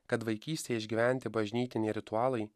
kad vaikystėje išgyventi bažnytiniai ritualai